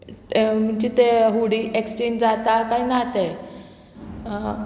म्हणजे ते हुडी एक्सटींट जाता काय ना ते